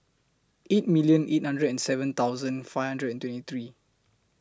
eight million eight hundred and seven thousand five hundred and twenty three